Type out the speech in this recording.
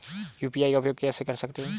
UPI का उपयोग कैसे कर सकते हैं?